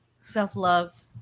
Self-love